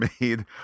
made